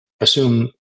assume